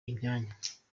imyanya